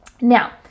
Now